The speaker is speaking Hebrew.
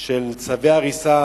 של צווי הריסה,